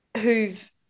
who've